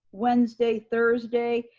wednesday, thursday?